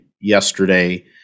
yesterday